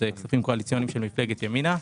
אלה כספים קואליציוניים של מפלגת ימינה,